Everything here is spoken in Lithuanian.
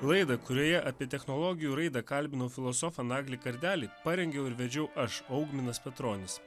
laidą kurioje apie technologijų raidą kalbinau filosofą naglį kardelį parengiau ir vedžiau aš augminas petronis